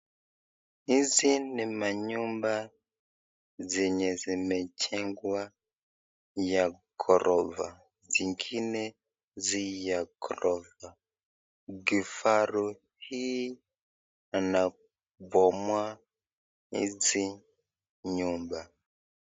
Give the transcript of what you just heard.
Hizi ni manyumba zenye zimejengwa ya ghorofa, zingine si ya ghorofa. Kifaru hii anabomoa hizi nyumba.